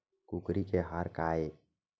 कुकरी के आहार काय?